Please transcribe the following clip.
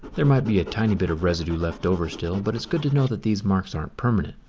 there might be a tiny bit of residue left over still, but it's good to know that these marks aren't permanent.